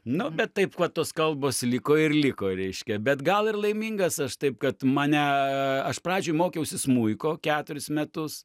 nu bet taip va tos kalbos liko ir liko reiškia bet gal ir laimingas aš taip kad mane aš pradžioj mokiausi smuiko keturis metus